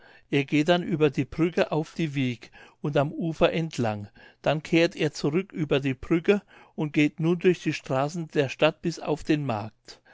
er geht dann über die brücke auf die wiek und am ufer entlang dann kehrt er zurück über die brücke und geht nun durch die straßen der stadt bis auf den markt